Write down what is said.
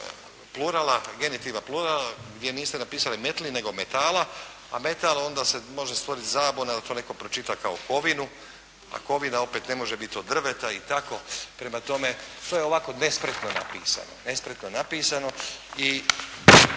plurala, genitiva plurala gdje niste napisali metli, nego metala, a metal onda se može stvoriti zabuna, jer to netko pročita kao kovinu, a kovina opet ne može biti od drveta i tako, prema tome to je ovako nespretno napisano, nespretno napisano i